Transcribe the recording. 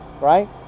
right